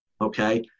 okay